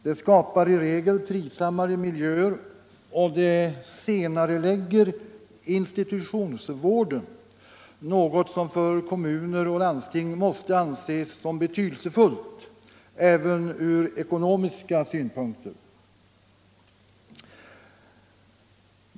Det skapar i regel trivsammare miljöer, och det senarelägger institutionsvården — något som för kommuner och landsting måste anses betydelsefullt även från ekonomiska synpunkter.